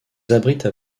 abritent